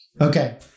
Okay